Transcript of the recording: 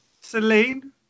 Celine